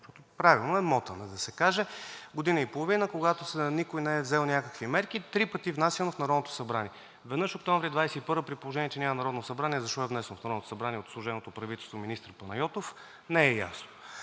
защото правилно е мотане да се каже, година и половина, когато никой не е взел някакви мерки. Три пъти внасян в Народното събрание. Веднъж октомври 2021 г. При положение че няма Народно събрание, защо е внесен в Народното събрание от служебното правителство, от министър Панайотов, не е ясно,